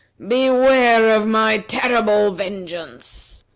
beware of my terrible vengeance!